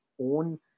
own